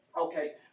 Okay